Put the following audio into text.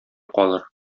калыр